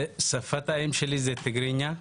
תיגריניה.